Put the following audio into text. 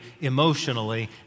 emotionally